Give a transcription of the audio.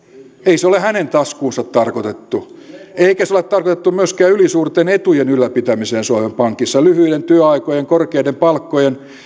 ei se ole hänen taskuunsa tarkoitettu eikä se ole tarkoitettu myöskään ylisuurten etujen ylläpitämiseen suomen pankissa lyhyiden työaikojen korkeiden palkkojen